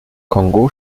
kongo